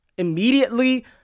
immediately